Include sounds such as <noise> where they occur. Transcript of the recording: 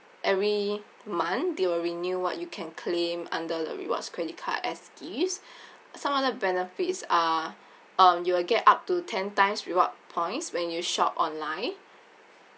every month they will renew what you can claim under the rewards credit card as gifts <breath> some of the benefits are um you will get up to ten times reward points when you shop online